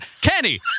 Kenny